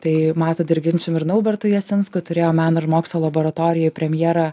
tai matu dirginčium ir naubertu jasinsku turėjom meno ir mokslo laboratorijoj premjerą